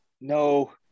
No